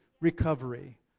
recovery